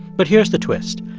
but here's the twist.